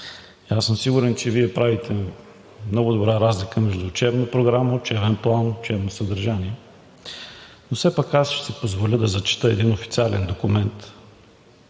аз съм сигурен, че Вие правите много добра разлика между учебна програма, учебен план, учебно съдържание, но все пак ще си позволя да зачета един официален документ